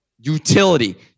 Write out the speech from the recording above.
Utility